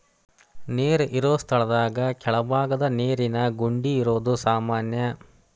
ನೇರ ಇರು ಸ್ಥಳದಾಗ ಕೆಳಬಾಗದ ನೇರಿನ ಗುಂಡಿ ಇರುದು ಸಾಮಾನ್ಯಾ